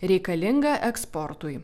reikalingą eksportui